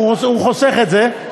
הוא חוסך את זה,